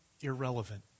irrelevant